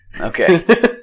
Okay